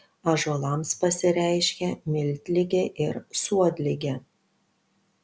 ąžuolams pasireiškia miltligė ir suodligė